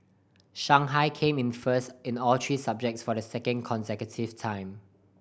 Shanghai came in first in all three subjects for the second consecutive time